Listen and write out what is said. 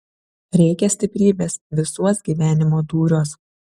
reikia stiprybės visuos gyvenimo dūriuos